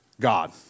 God